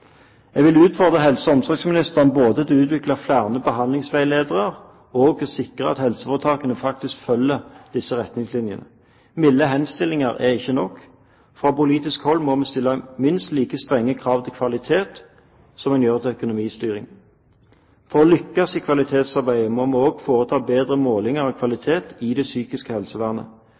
Jeg vil utfordre helse- og omsorgsministeren både til å utvikle flere behandlingsveiledere og å sikre at helseforetakene faktisk følger disse retningslinjene. Milde henstillinger er ikke nok. Fra politisk hold må vi stille minst like strenge krav til kvalitet som vi gjør til økonomistyring. For å lykkes i kvalitetsarbeidet må vi også foreta bedre målinger av kvalitet i det psykiske helsevernet.